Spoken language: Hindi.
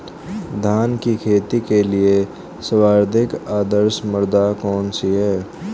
धान की खेती के लिए सर्वाधिक आदर्श मृदा कौन सी है?